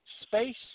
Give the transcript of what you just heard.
space